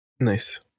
Nice